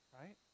right